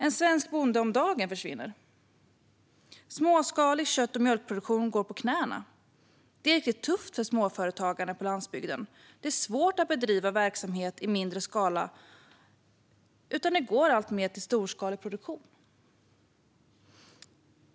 En svensk bonde om dagen försvinner. Småskalig kött och mjölkproduktion går på knäna. Det är riktigt tufft för småföretagare på landsbygden. Det är svårt att bedriva verksamhet i mindre skala. Det går alltmer mot storskalig produktion.